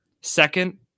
Second